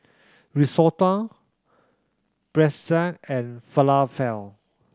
Risotto Pretzel and Falafel